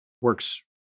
works